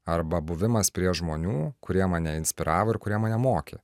arba buvimas prie žmonių kurie mane inspiravo ir kurie mane mokė